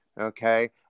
Okay